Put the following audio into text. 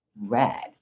red